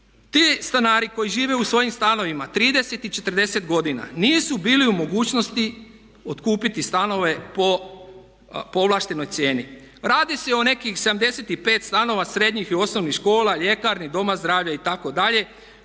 Ti stanari koji žive u svojim stanovima 30 i 40 godina nisu bili u mogućnosti otkupiti stanove po povlaštenoj cijeni. Radi se o nekih 75 stanova srednjih i osnovnih škola, ljekarni, doma zdravlja itd.,